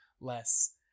less